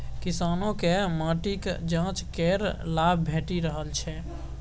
किसानकेँ माटिक जांच केर लाभ भेटि रहल छै